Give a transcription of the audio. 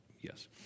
Yes